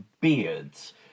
beards